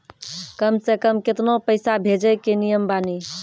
कम से कम केतना पैसा भेजै के नियम बानी?